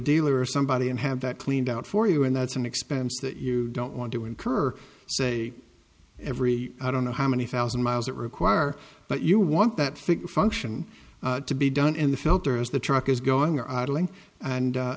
dealer or somebody and have that cleaned out for you and that's an expense that you don't want to incur say every i don't know how many thousand miles it require but you want that fixed function to be done in the filters the truck is going